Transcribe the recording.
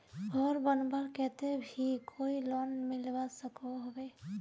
घोर बनवार केते भी कोई लोन मिलवा सकोहो होबे?